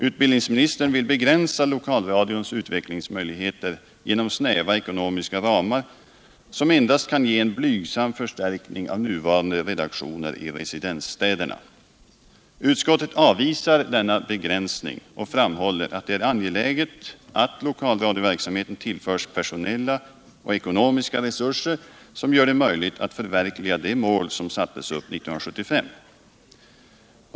Utbildningsministern vill begränsa lokalradions utvecklingsmöjligheter genom snäva ekonomiska ramar, som endast kan ge en blygsam förstärkning av nuvarande redaktioner i residensstäderna. Utskottet avvisar denna begränsning och framhåller att det är angeläget att lokalradioverksamheten tillförs personella och ekonomiska resurser, som gör det möjligt att förverkliga de mål som sattes upp 1975.